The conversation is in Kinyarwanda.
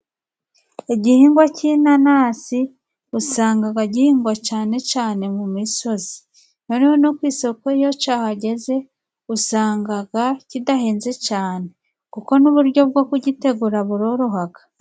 Igihingwa cy'inanasi usanga gihingwa cyane cyane mu misozi, noneho no ku isoko iyo cyahageze usanga kidahenze cyane kuko n'uburyo bwo kugitegura buroroha.